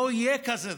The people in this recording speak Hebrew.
לא יהיה כזה דבר.